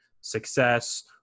success